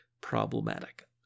problematic